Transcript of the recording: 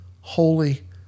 holy